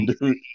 dude